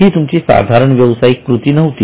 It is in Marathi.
हि तुमची साधारण व्यावसायिक कृती नव्हती